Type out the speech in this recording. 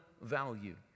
value